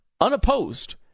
unopposed